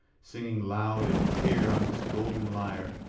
singing loud and clear on his golden lyre,